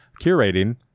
curating